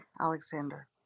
Alexander